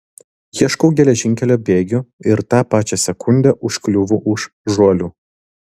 ieškau geležinkelio bėgių ir tą pačią sekundę užkliūvu už žuolių